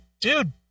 dude